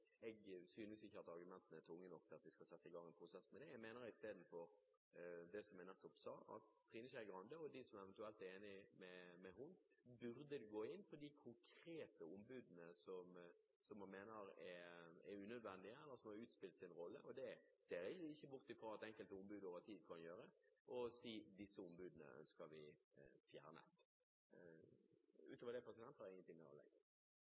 synes ikke at argumentene er tunge nok til at vi skal sette i gang en prosess med det. Jeg mener, som jeg nettopp sa, at Trine Skei Grande og de som eventuelt er enig med henne, isteden burde gå inn på de konkrete ombudene som man mener er unødvendige eller har utspilt sin rolle – det ser jeg heller ikke bort fra at enkelte ombud over tid kan ha gjort – og si: Disse ombudene ønsker vi fjernet. Utover dette har jeg